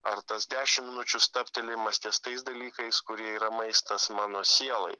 ar tas dešimt minučių stabtelėjimas ties tais dalykais kurie yra maistas mano sielai